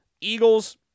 Eagles